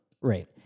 Right